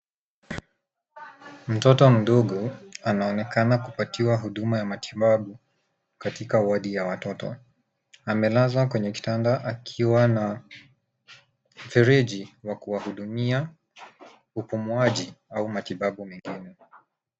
Mtoto mdogo anaonekana kupatiwa huduma ya matibabu katika wodi ya watoto. Amelazwa kwenye kitanda akiwa na mfereji wa kuwahudumia upumuaji au matibabu mengine.